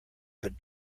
but